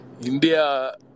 India